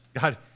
God